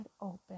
open